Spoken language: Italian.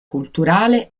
culturale